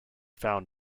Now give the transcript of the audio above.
found